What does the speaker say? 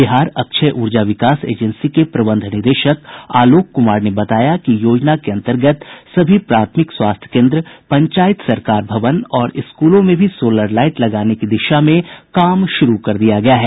बिहार अक्षय ऊर्जा विकास एजेंसी के प्रबंध निदेशक आलोक कुमार ने बताया कि योजना के अन्तर्गत सभी प्राथमिक स्वास्थ्य केन्द्र पंचायत सरकार भवन और स्कूलों में भी सोलर लाईट लगाने की दिशा में काम शुरू कर दिया गया है